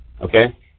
okay